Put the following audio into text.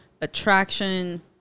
attraction